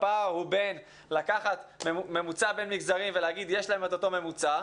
הפער הוא בין לקחת ממוצע בין מגזרים ולהגיד 'יש להם את אותו ממוצע'